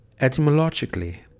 Etymologically